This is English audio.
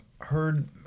heard